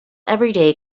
everyday